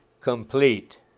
complete